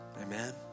Amen